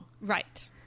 Right